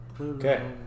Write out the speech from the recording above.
Okay